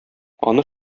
аны